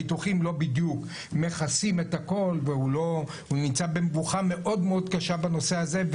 הביטוחים לא בדיוק מכסים את הכל והוא נמצא במבוכה מאוד קשה בנושא הזה,